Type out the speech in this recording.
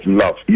love